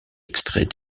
extrait